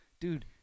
Dude